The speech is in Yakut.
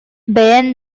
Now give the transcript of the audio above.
бэйэҥ